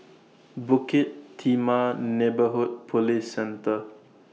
Bukit Timah Neighbourhood Police Center